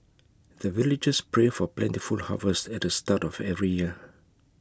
the villagers pray for plentiful harvest at the start of every year